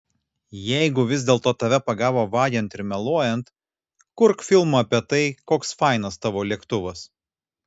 jeigu vis dėl to tave pagavo vagiant ir meluojant kurk filmą apie tai koks fainas tavo lėktuvas